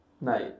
Night